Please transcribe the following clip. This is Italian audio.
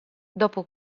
dopo